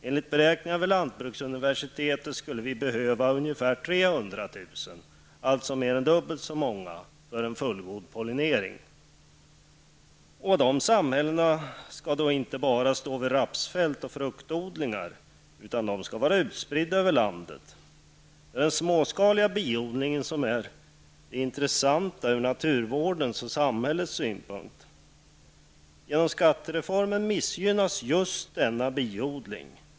Enligt beräkningar vid lantbruksuniversitetet skulle vi behöva ungefär 300 000, alltså mer än dubbelt så många för en fullgod pollinering. De samhällena skall då inte bara stå vid rapsfält och fruktodlingar, utan de skall vara utspridda över landet. Det är den småskaliga biodlingen som är det intressanta ur naturvårdens och samhällets synpunkt. Genom skattereformen missgynnas just denna biodling.